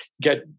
get